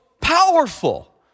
powerful